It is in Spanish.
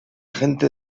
gente